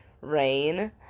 rain